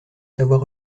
savoir